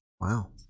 Wow